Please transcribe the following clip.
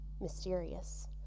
mysterious